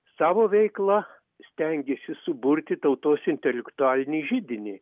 savo veikla stengiasi suburti tautos intelektualinį židinį